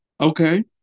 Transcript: Okay